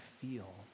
feel